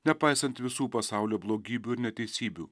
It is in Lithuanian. nepaisant visų pasaulio blogybių ir neteisybių